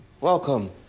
welcome